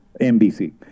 NBC